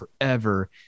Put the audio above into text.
forever